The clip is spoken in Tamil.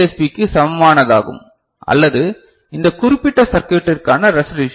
பிக்கு சமமானதாகும் அல்லது இந்த குறிப்பிட்ட சர்க்யூட்டிற்கான ரேசொளுஷன்